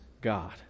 god